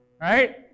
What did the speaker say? Right